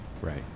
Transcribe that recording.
right